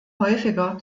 häufiger